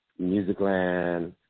Musicland